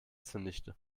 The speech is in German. zunichte